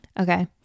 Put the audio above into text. okay